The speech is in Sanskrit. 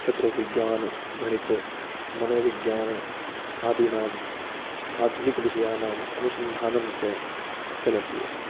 तत्र विज्ञानगणित मनोविज्ञान आदीनाम् आधुनिकविषयाणाम् अनुसन्धानं च चलति